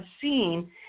seen